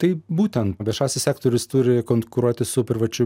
tap būtent viešasis sektorius turi konkuruoti su privačiu